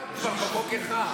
למה לא טיפלת בכול בחוק אחד?